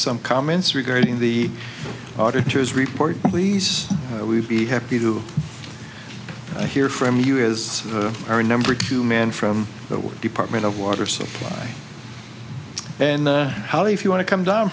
some comments regarding the auditor's report please we'd be happy to hear from you is our number two man from the department of water supply and how if you want to come down